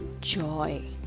joy